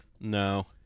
No